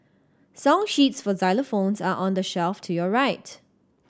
song sheets for xylophones are on the shelf to your right